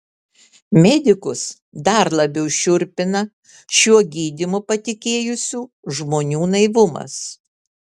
medikus dar labiau šiurpina šiuo gydymu patikėjusių žmonių naivumas